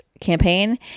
campaign